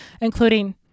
including